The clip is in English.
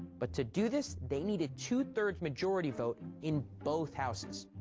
but to do this, they needed two three majority vote in both houses.